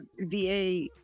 VA